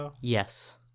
Yes